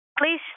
please